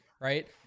right